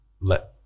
let